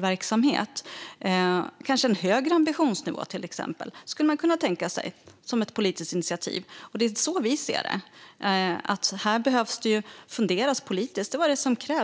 verksamhet. Man skulle till exempel kunna tänka sig en högre ambitionsnivå som ett politiskt initiativ. Det är så vi i Vänsterpartiet ser det. Här behöver det funderas politiskt.